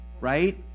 right